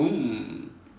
um